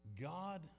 god